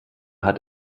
hat